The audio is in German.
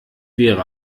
wäre